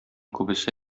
күбесе